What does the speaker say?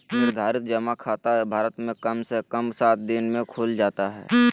निर्धारित जमा खाता भारत मे कम से कम सात दिन मे खुल जाता हय